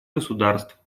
государств